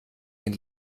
den